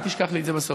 אל תשכח לי את זה בסוף.